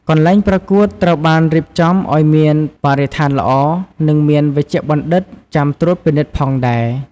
កន្លែងប្រកួតត្រូវបានរៀបចំឲ្យមានបរិស្ថានល្អ និងមានវេជ្ជបណ្ឌិតចាំត្រួតពិនិត្យផងដែរ។